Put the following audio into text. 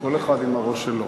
כל אחד עם הראש שלו.